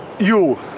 you!